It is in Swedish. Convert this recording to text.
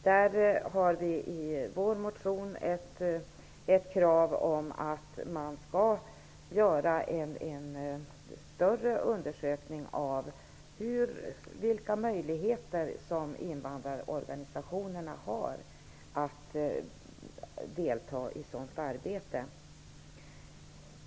Där har vi i vår motion ett krav om att man skall göra en större undersökning av vilka möjligheter som invandrarorganisationerna har att delta i sådant arbete.